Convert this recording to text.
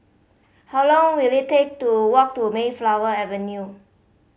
how long will it take to walk to Mayflower Avenue